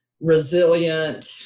resilient